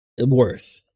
worse